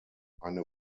eine